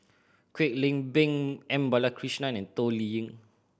Kwek Leng Beng M Balakrishnan and Toh Liying